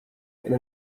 إلى